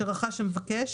שרכש המבקש,